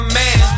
man